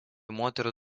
moterų